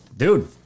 dude